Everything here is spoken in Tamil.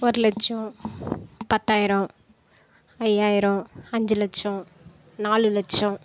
ஒருலட்சம் பத்தாயிரம் ஐயாயிரம் அஞ்சு லட்சம் நாலு லட்சம்